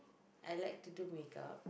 I like to do make-up